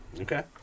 Okay